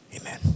amen